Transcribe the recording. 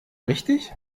richtig